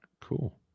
Cool